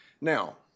Now